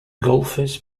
golfers